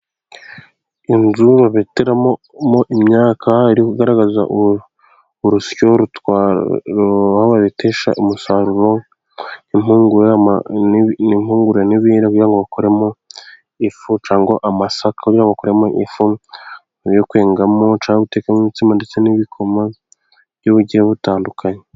Inzu babeteramo imyaka, iri kugaragaza urusyo babetesha umusaruro impungure kugirango bakoramo ifu cyangwa ngo amasaka bakuramo ifu yo gutekamo imitsima ndetse n'ibikoma m'uburyo bugiye butandukanye.